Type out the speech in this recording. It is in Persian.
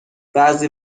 بعضی